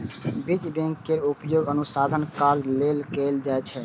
बीज बैंक केर उपयोग अनुसंधान कार्य लेल कैल जाइ छै